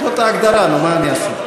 זאת ההגדרה, נו, מה אני אעשה.